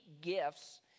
gifts